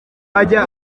ajya